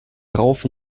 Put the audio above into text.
rauf